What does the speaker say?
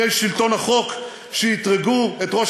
אותם אבירי שלטון החוק שאתרגו את ראש